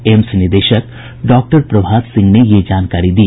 AIIMS निदेशक doctor Prabhat Singh ने यह जानकारी दी